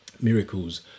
miracles